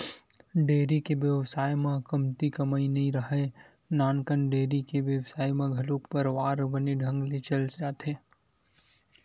dairy के बेवसाय म कमती कमई नइ राहय, नानकन डेयरी के बेवसाय म घलो परवार बने ढंग ले चल जाथे